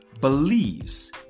believes